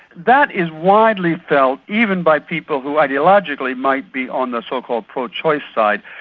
that is widely felt even by people who ideologically might be on the so-called pro-choice side.